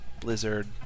Blizzard